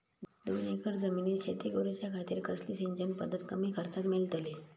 दोन एकर जमिनीत शेती करूच्या खातीर कसली सिंचन पध्दत कमी खर्चात मेलतली?